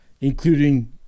including